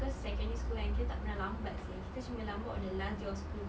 cause secondary school kan kita tak pernah lambat seh kita cuma lambat on the last day of school